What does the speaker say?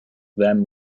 them